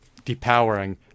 depowering